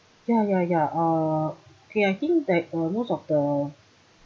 ya ya ya uh okay I think that uh most of the